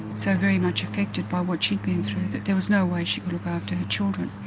so very much affected by what she'd been through, that there was no way she could look after her children.